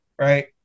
right